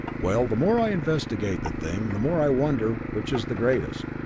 well, the more i investigate the thing, the more i wonder which is the greatest.